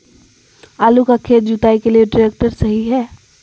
आलू का खेत जुताई के लिए ट्रैक्टर सही है?